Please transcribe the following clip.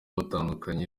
batandukanye